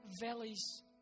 valleys